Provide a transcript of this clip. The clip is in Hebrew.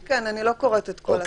כן, אני לא קוראת את כל התקנות.